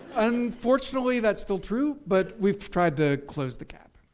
unfortunately that's still true, but we've tried to close the gap.